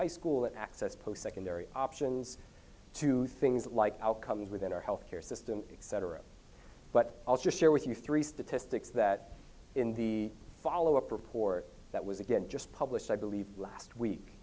high school that access post secondary options to things like outcomes within our health care system etc but i'll just share with you three statistics that in the follow up report that was again just published i believe last week